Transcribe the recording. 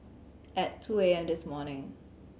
at two A M this morning